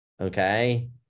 okay